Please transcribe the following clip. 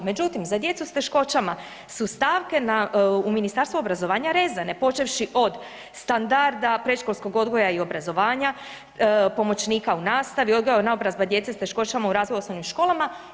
Međutim za djecu s teškoćama su stavke u Ministarstvu obrazovanja rezane počevši od standarda predškolskog odgoja i obrazovanja, pomoćnika u nastavi, … [[ne razumije se]] naobrazba djece s teškoćama u razvoju u osnovnim školama.